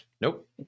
Nope